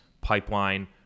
pipeline